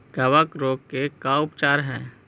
कबक रोग के का उपचार है?